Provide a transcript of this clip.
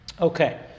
Okay